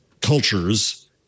cultures